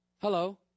Hello